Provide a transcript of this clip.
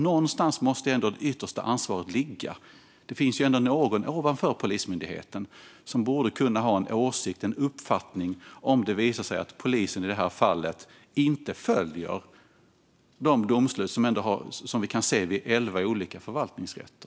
Någonstans måste ju det yttersta ansvaret ligga. Det finns ändå någon över Polismyndigheten som borde kunna ha en åsikt, en uppfattning, om det visar sig att polisen i det här fallet inte följer de domslut som vi kan se vid elva olika förvaltningsrätter.